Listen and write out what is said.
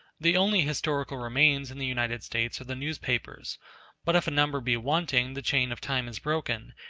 the only historical remains in the united states are the newspapers but if a number be wanting, the chain of time is broken,